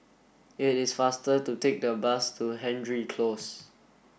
it is faster to take the bus to Hendry Close